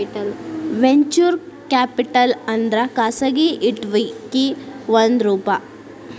venture capital ಅಂದ್ರ ಖಾಸಗಿ equity ಒಂದ್ ರೂಪ